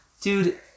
Dude